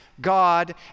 God